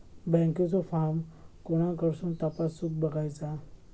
बँकेचो फार्म कोणाकडसून तपासूच बगायचा?